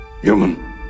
human